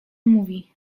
mówi